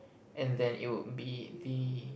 and then it would be the